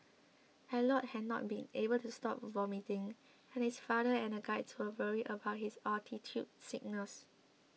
Elliot had not been able to stop vomiting and his father and the guides were worried about his altitude sickness